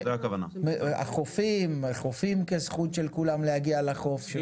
החופים כזכות של כולם להגיע לחוף.